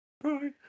Bye